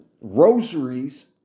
rosaries